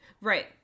Right